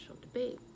debate